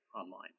online